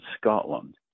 Scotland